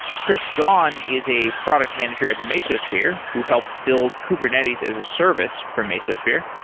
chris gaun is a product manager at mesosphere, who helped build kubernetes as a service from mesosphere.